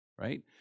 Right